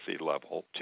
level